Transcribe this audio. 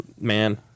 Man